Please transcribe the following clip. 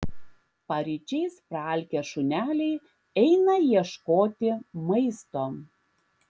paryčiais praalkę šuneliai eina ieškoti maisto